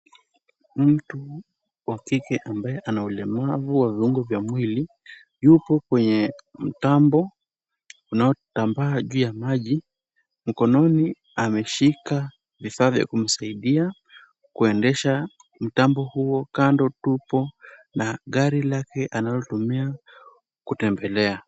Mtu wa kike ambaye ana ulemavu wa viungo vya mwili, yupo kwenye mtambo unaotambaa juu ya maji mkononi ameshika vifaa vya kumsaidia kuendesha mitambo huo. Kando tupo na gari lake analotumia kutembelea.